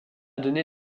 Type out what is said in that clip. donné